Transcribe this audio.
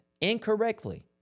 incorrectly